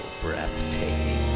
breathtaking